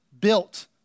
built